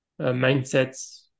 mindsets